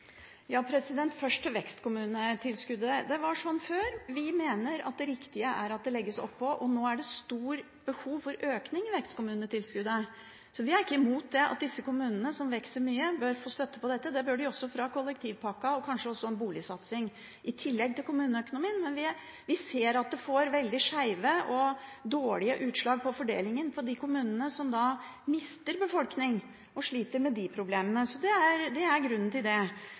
Det var sånn før. Vi mener at det riktige er at det legges oppå. Nå er det stort behov for økning i vekstkommunetilskuddet. Vi er ikke imot at de kommunene som vokser mye, bør få støtte for dette. Det bør de også få for kollektivpakka, og kanskje også en boligsatsing, i tillegg til kommuneøkonomien. Vi ser at det får veldig skeive og dårlige utslag for fordelingen for kommunene, som mister befolkning og sliter med de problemene. Det er grunnen til det. Når det gjelder kommuneøkonomi, har SV alltid vært det